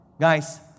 Guys